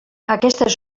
aquestes